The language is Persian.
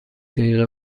دقیقه